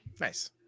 Nice